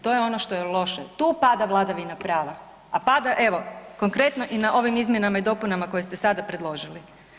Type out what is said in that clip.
To je ono što je loše, tu pada vladavina prava, a pada evo konkretno i na ovim izmjenama i dopunama koje ste sada predložili.